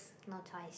no choice